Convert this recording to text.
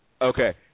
Okay